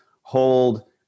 hold